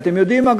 אתם יודעים מה,